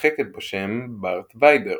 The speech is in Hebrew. שמשחקת בשם "ברת' ויידר"